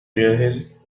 جاهز